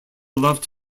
loved